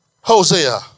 Hosea